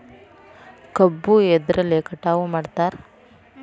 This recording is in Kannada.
ಕಬ್ಬು ಎದ್ರಲೆ ಕಟಾವು ಮಾಡ್ತಾರ್?